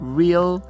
real